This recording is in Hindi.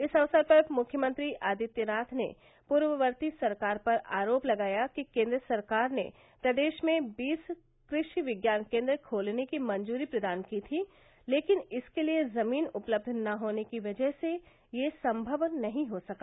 इस अवसर पर मुख्यमंत्री आदित्यनाथ ने पूर्ववर्ती सरकार पर आरोप लगाया कि केंद्र सरकार ने प्रदेश में बीस कृषि विज्ञान केंद्र खोलने की मंजूरी प्रदान की थी लेकिन इसके लिए जमीन उपलब्ध न होने की वजह से यह सम्भव नहीं हो सका